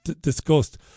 discussed